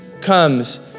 comes